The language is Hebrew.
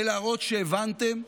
להראות שהבנתם,